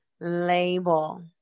label